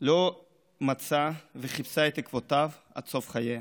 לא מצאה אותו וחיפשה את עקבותיו עד סוף חייה.